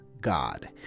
God